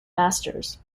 masters